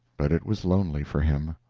but it was lonely for him.